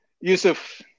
Yusuf